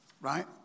Right